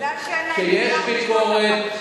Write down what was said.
מזל שאין להם נייר משנות ה-50.